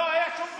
לא היה שום ויתור.